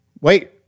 Wait